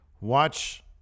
Watch